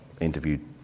Interviewed